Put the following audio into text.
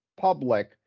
public